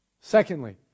Secondly